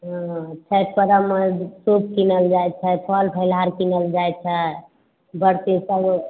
हँ छैठ परब मऽ सूप किनल जाइ छै फल फलिहार किनल जाइ छै बरती सभ